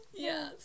yes